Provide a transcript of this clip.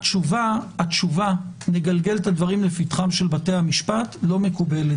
התשובה: נגלגל את הדברים לפתחם של בתי המשפט לא מקובלת.